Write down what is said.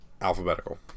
alphabetical